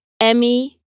Emmy